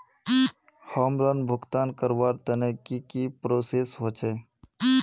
Home loan भुगतान करवार तने की की प्रोसेस होचे?